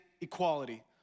equality